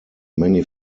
many